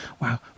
Wow